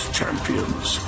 champions